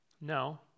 No